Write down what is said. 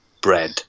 bread